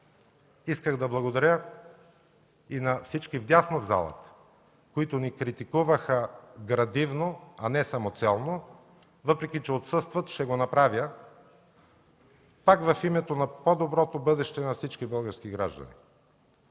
Исках да благодаря и на всички вдясно в залата, които ни критикуваха градивно, а не самоцелно. Въпреки че отсъстват, ще го направя пак в името на по-доброто бъдеще на всички български граждани.